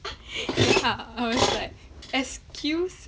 ya I was like excuse